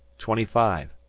twenty five.